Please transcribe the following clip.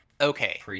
okay